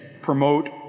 promote